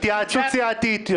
התייעצות סיעתית.